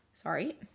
Sorry